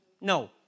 No